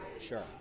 Sure